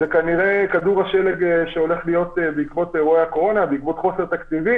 כנראה שזה יהיה גם כדור שלג בעקבות אירועי הקורונה ובגלל חוסר תקציבי.